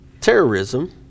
terrorism